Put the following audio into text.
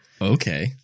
okay